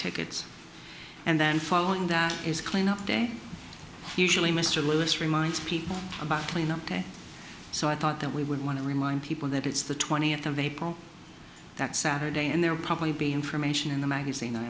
tickets and then following that is cleanup day usually mr lewis reminds people about cleanup day so i thought that we would want to remind people that it's the twentieth of april that saturday and there probably be information in the magazine i